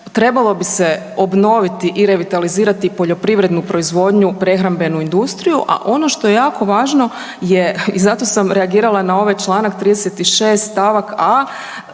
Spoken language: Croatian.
Trebalo bi se obnoviti i revitalizirati poljoprivrednu proizvodnju i prehrambenu industriju, a ono što je jako važno i zato sam reagirala na ovaj čl. 36. st.a